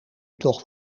toch